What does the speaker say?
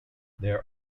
there